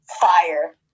Fire